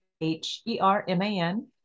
h-e-r-m-a-n